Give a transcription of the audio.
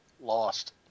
lost